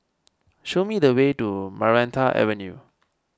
show me the way to Maranta Avenue